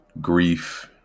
grief